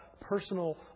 personal